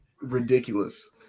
ridiculous